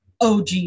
OG